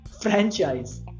franchise